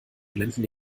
blenden